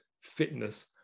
fitness